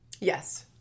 yes